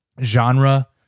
genre